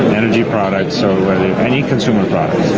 energy products or any consumer products.